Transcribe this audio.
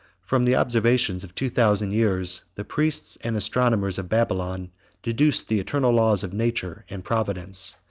from the observations of two thousand years, the priests and astronomers of babylon deduced the eternal laws of nature and providence.